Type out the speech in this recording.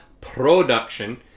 production